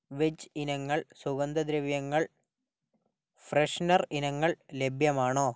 veg ഇനങ്ങൾ സുഗന്ധദ്രവ്യങ്ങൾ freshener ഇനങ്ങൾ ലഭ്യമാണോ